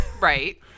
Right